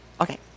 okay